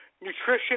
nutrition